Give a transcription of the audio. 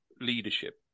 leadership